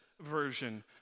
version